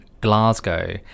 glasgow